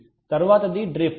తరువాతది డ్రిఫ్ట్